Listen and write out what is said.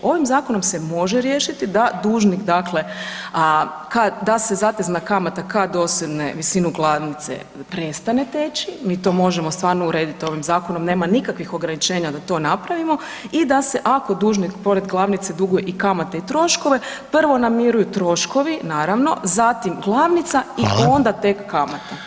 Ovim Zakonom se može riješiti da dužnik dakle, kad, da se zatezna kamata, kad dosegne visinu glavnice prestane teći, mi to možemo stvarno urediti ovim Zakonom, nema nikakvih ograničenja da to napravimo i da se, ako dužnik, pored glavnice duguje i kamate i troškove, prvo namiruju troškovi, naravno, zatim glavnica i onda tek kamata.